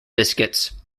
biscuits